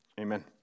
Amen